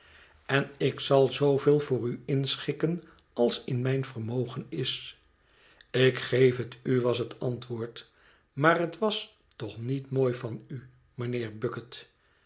en ik zal zooveel voor u inschikken als in mijn vermogen is ik geef het u was het antwoord maar het was toch niet mooi van u